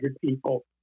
people